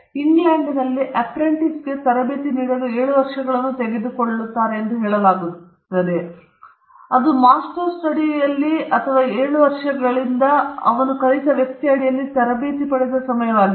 ಇಂಗ್ಲೆಂಡ್ನಲ್ಲಿ ಅಪ್ರೆಂಟಿಸ್ಗೆ ತರಬೇತಿ ನೀಡಲು 7 ವರ್ಷಗಳನ್ನು ತೆಗೆದುಕೊಂಡಿದೆ ಎಂದು ಹೇಳಲಾಗುತ್ತದೆ ಅದು ಮಾಸ್ಟರ್ಸ್ನಡಿಯಲ್ಲಿ ಅಥವಾ 7 ವರ್ಷಗಳಿಂದ ಅವನು ಕಲಿತ ವ್ಯಕ್ತಿಯ ಅಡಿಯಲ್ಲಿ ತರಬೇತಿ ಪಡೆದ ಸಮಯವಾಗಿತ್ತು